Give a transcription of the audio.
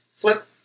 flip